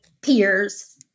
peers